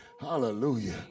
hallelujah